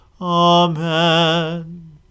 Amen